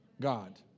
God